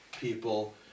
people